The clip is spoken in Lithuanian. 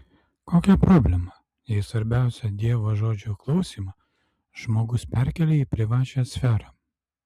kokia problema jei svarbiausią dievo žodžio klausymą žmogus perkelia į privačią sferą